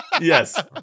Yes